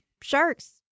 sharks